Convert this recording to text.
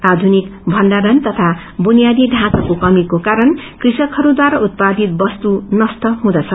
आधुनिक भण्डारण तथा बुनियादी ढाँचाको कमीको कारण कृषकहरुद्वारा उत्पादित वस्तु नषट हुँदछ